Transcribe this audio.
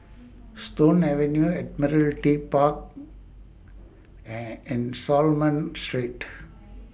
Stone Avenue Admiralty Park and and Solomon Street